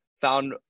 found